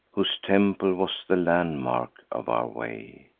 whose temple was the landmark of our way.